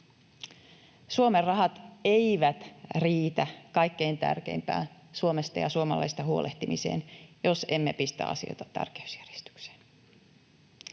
Suomen rahat eivät riitä kaikkein tärkeimpään, Suomesta ja suomalaisista huolehtimiseen, jos emme pistä asioita tärkeysjärjestykseen.